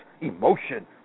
emotion